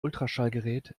ultraschallgerät